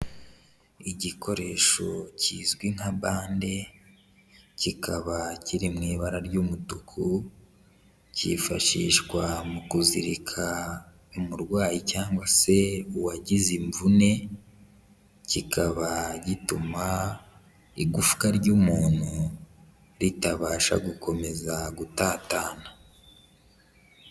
Igikoresho kizwi nka bande kikaba kiri mu ibara ry'umutuku, cyifashishwa mu kuzirika umurwayi cyangwa se uwagize imvune, kikaba gituma igufwa ry'umuntu ritabasha gukomeza gutatana.